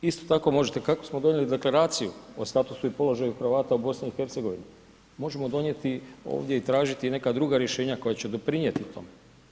Isto tako možete kako smo donijeli deklaraciju o statusu i položaju Hrvata u BiH, možemo donijeti ovdje i tražiti neka druga rješenja koja će doprinijeti tom.